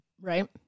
Right